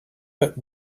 but